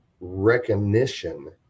recognition